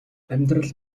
амьдрал